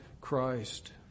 Christ